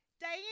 Diane